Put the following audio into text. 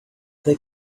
they